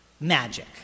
magic